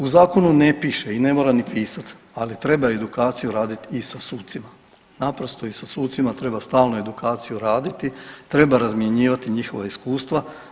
U zakonu ne piše i ne mora ni pisati, ali treba edukaciju raditi i sa sucima, naprosto i sa sucima treba stalno edukaciju raditi, treba razmjenjivati njihova iskustva.